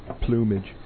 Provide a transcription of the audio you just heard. Plumage